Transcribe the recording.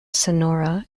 sonora